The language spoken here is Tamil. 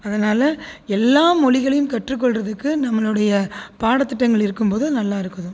அதனால் எல்லா மொழிகளையும் கற்று கொள்கிறதுக்கு நம்மளுடைய பாட திட்டங்கள் இருக்கும் போது நல்லாயிருக்கும்